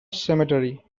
cemetery